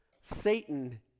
Satan